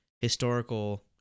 historical